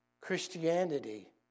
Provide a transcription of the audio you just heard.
Christianity